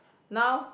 now